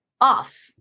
off